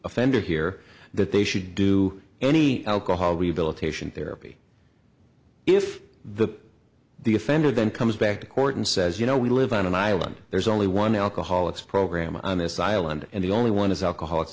offender here that they should do any alcohol rehabilitation therapy if the the offender then comes back to court and says you know we live on an island there's only one alcoholics program on this island and the only one is alcoholics